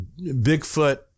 Bigfoot